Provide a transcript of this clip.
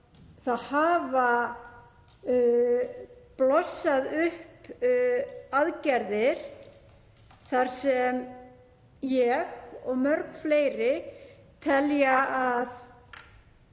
og hafa blossað upp aðgerðir þar sem ég og mörg fleiri telja að